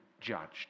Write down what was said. judged